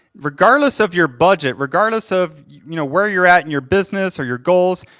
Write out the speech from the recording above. regardless of your budget, regardless of you know where you're at in your business or your goals,